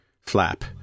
flap